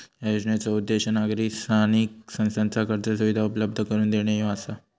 या योजनेचो उद्देश नागरी स्थानिक संस्थांना कर्ज सुविधा उपलब्ध करून देणे ह्यो आसा